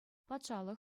патшалӑх